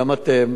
גם אתם,